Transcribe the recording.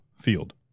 field